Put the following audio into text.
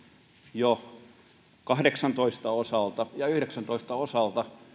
jo täyttynyt kaksituhattakahdeksantoista osalta ja kaksituhattayhdeksäntoista osalta